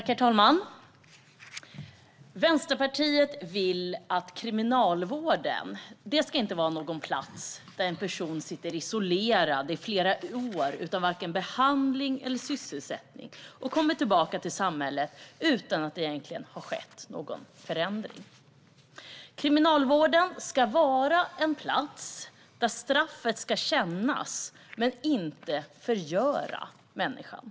Herr talman! Vänsterpartiet vill inte att kriminalvården ska vara en plats där en person sitter isolerad i flera år utan vare sig behandling eller sysselsättning och sedan kommer tillbaka till samhället utan att det har skett någon egentlig förändring. Kriminalvården ska vara en plats där straffet ska kännas men inte förgöra människan.